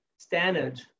standard